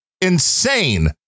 insane